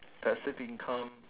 that's the income